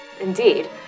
Indeed